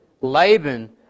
Laban